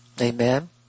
Amen